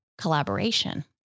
collaboration